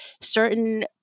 certain